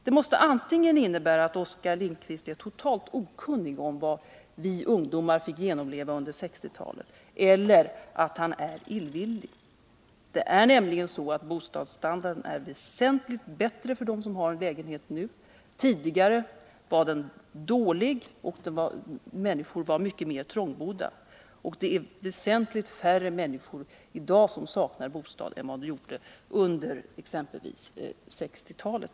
Det måste betyda antingen att Oskar Lindkvist är totalt okunnig om vad vi ungdomar fick genomleva under 1960-talet eller att han är illvillig. Bostadsstandarden är nämligen väsentligt bättre för dem som har en lägenhet nu än vad den var då. Tidigare var bostadsstandarden dålig, och människor var mycket mer trångbodda. Det är väsentligt färre människor som saknar bostad i dag än exempelvis under 1960-talet.